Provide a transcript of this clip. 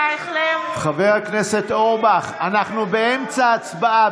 חבר הכנסת אורבך, אנחנו באמצע ההצבעה.